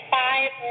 five